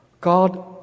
God